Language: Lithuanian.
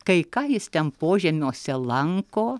kai ką jis ten požemiuose lanko